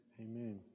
amen